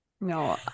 no